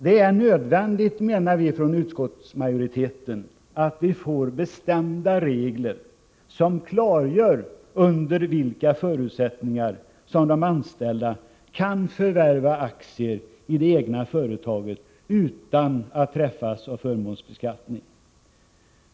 Från utskottsmajoriteten menar vi att det är nödvändigt att vi får bestämda regler som klargör under vilka förutsättningar de anställda kan förvärva aktier i det egna företaget utan att träffas av förmånsbeskattning.